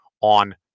on